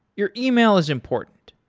your yeah e-mail is important.